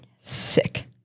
sick